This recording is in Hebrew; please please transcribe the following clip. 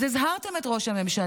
אז הזהרתם את ראש הממשלה.